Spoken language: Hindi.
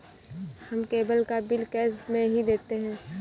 हम केबल का बिल कैश में ही देते हैं